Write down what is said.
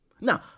Now